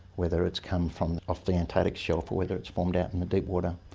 whether it's come from off the antarctic shelf or whether it's formed out in the deep water.